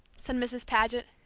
said mrs. paget,